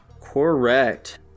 Correct